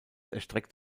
erstreckt